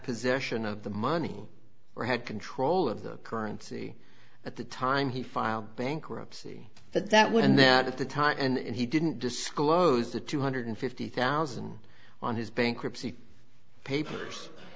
possession of the money or had control of the currency at the time he filed bankruptcy but that when that at the time and he didn't disclose the two hundred fifty thousand on his bankruptcy papers